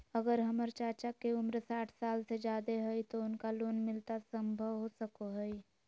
अगर हमर चाचा के उम्र साठ साल से जादे हइ तो उनका लोन मिलना संभव हो सको हइ?